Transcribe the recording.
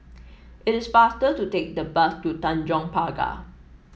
it is faster to take the bus to Tanjong Pagar